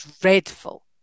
dreadful